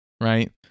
right